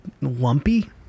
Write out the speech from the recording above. lumpy